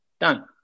done